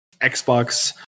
Xbox